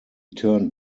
turned